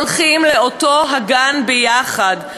הולכים לאותו גן יחד,